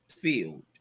field